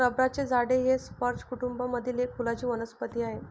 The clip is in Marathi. रबराचे झाड हे स्पर्ज कुटूंब मधील एक फुलांची वनस्पती आहे